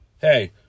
Hey